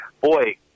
boy